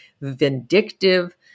vindictive